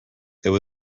there